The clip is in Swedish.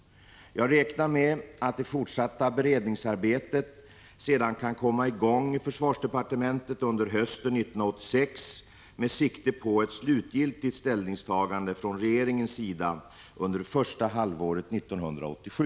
Jag räknar med att det fortsatta beredningsarbetet sedan kan komma i gång i försvarsdepartementet under hösten 1986, med sikte på ett slutligt ställningstagande från regeringens sida under första halvåret 1987.